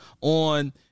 on